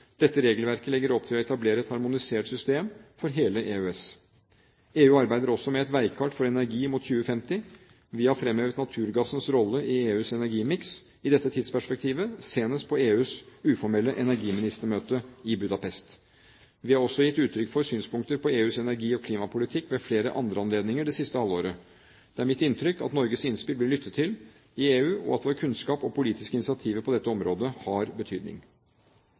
Dette regelverket legger opp til å etablere et harmonisert system for hele EØS. EU arbeider også med et veikart for energi mot 2050. Vi har fremhevet naturgassens rolle i EUs energimiks i dette tidsperspektivet, senest på EUs uformelle energiministermøte i Budapest. Vi har også gitt uttrykk for synspunkter på EUs energi- og klimapolitikk ved flere andre anledninger det siste halvåret. Det er mitt inntrykk at Norges innspill blir lyttet til i EU, og at vår kunnskap og våre politiske initiativer på dette området har betydning.